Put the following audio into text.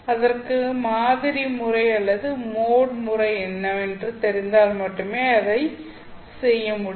அதற்கு மாதிரி முறை அல்லது மோட் முறை என்னவென்று தெரிந்தால் மட்டுமே அதைச் செய்ய முடியும்